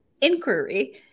inquiry